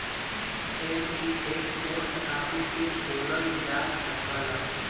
NPS post office में खोलल जा सकला